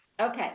Okay